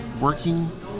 working